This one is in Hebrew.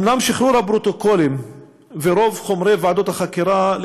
אומנם שחרור הפרוטוקולים ורוב חומרי ועדות החקירה,